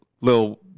little